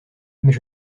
mais